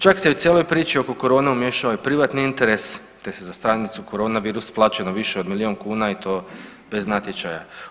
Čak se u cijeloj priči oko korone umiješao i privatni interes, te se za stranicu „koronavirus“ plaćeno više od milijun kuna i to bez natječaja.